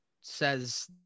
says